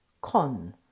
Con